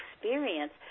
experience